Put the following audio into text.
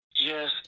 Yes